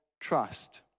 trust